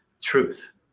Truth